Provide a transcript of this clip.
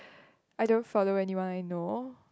I don't follow anyone I know